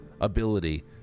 ability